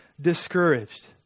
discouraged